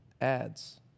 ads